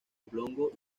oblongo